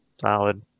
Solid